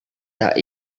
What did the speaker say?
tak